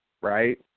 right